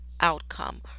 outcome